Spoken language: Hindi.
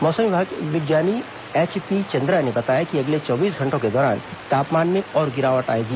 मौसम विज्ञानी एचपी चंद्रा ने बताया कि अगले चौबीस घंटों के दौरान तापमान में और गिरावट आएगी